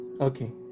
Okay